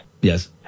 Yes